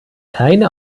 keine